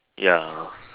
ya